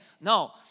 no